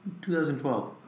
2012